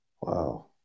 Wow